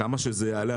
כמה שזה יעלה.